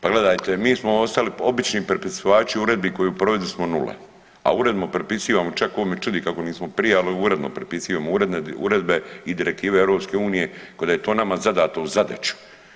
Pa gledajte, mi smo ostali obični prepisivači uredbi koji u provedbi smo nule, a uredno prepisivamo čak ovo me čudi kako nismo prije, ali uredno prepisivamo uredbe i direktive EU ko da je to nama zadato u zadaću.